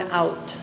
out